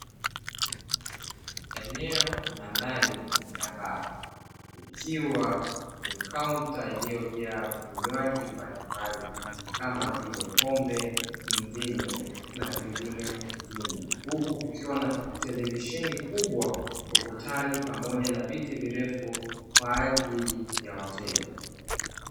Eneo la ndani ya baa ikiwa ni kaunta iliyojaa vinywaji mbalimbali, kama vile pombe, mvinyo na vingine vingi huku kukiwa na televisheni kubwa ukutani pamoja na viti virefu kwa ajili wateja.